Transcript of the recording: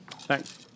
Thanks